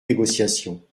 négociations